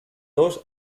dos